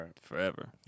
forever